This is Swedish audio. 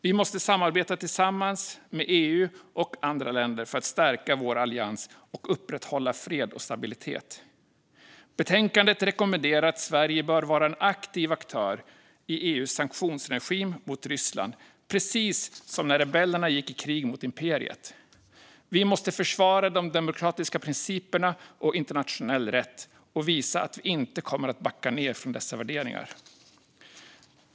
Vi måste samarbeta tillsammans, med EU och andra länder, för att stärka vår allians och upprätthålla fred och stabilitet. Betänkandet rekommenderar att Sverige bör vara en aktiv aktör i EU:s sanktionsregim mot Ryssland, precis som när rebellerna gick i krig mot Imperiet. Vi måste försvara de demokratiska principerna och internationell rätt, och visa att vi inte kommer att backa ner från dessa värderingar.